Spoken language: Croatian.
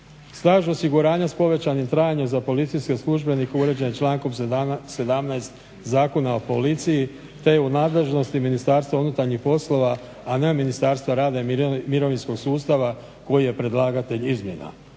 Staž osiguranja računa s povećanim trajanjem za policijske službenike uređen je člankom 17. Zakona o policiji te je u nadležnosti Ministarstva unutarnjih poslova, a ne Ministarstva rada i mirovinskog sustava koji je predlagatelj izmjena.